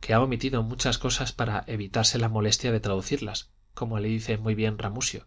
que ha omitido muchas cosas para evitarse la molestia de traducirlasy como le dice muy bien ramusio